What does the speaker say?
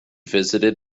visited